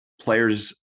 players